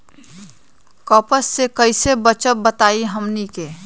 कपस से कईसे बचब बताई हमनी के?